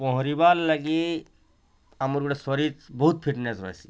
ପହଁରିବା ଲାଗି ଆମର୍ ଗୋଟେ ଶରୀର୍ ବହୁତ୍ ଫିଟ୍ନେସ୍ ରହିସି